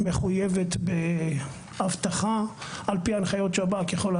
מחויבת באבטחה על פי הנחיות שב"כ שיכו לה